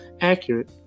Accurate